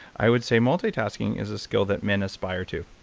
i would say multitasking is a skill that men aspire to.